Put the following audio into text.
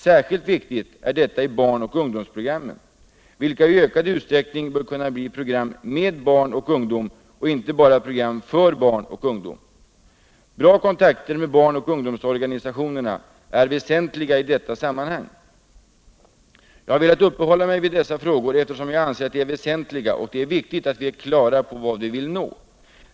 Särskilt viktigt är detta i barn och ungdomsprogrammen, vilka i ökad utsträckning bör kunna bli program med barn och ungdom och inte bara program för barn och ungdom. Bra kontakter med barn och ungdomsorganisationerna är väsentliga i detta sammanhang. Jag har velat uppehålla mig vid dessa frågor, eftersom jag anser att de är väsentliga och att det är viktigt att vi är klara över vad vi vill nå.